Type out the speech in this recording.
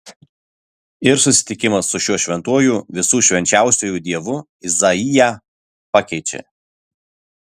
ir susitikimas su šiuo šventuoju visų švenčiausiuoju dievu izaiją pakeičia